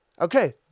Okay